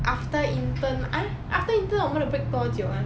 after intern eh after intern 我们的 break 多久 ah